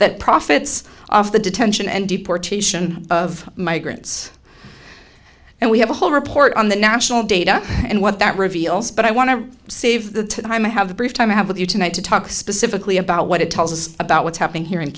that profits off the detention and deportation of migrants and we have a whole report on the national data and what that reveals but i want to save the time i have the brief time i have with you tonight to talk specifically about what it tells us about what's happening here in